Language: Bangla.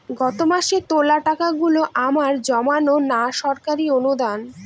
গত মাসের তোলা টাকাগুলো আমার জমানো না সরকারি অনুদান?